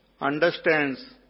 understands